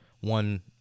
one